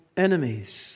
Enemies